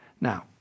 Now